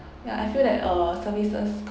ya I feel that uh services